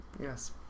Yes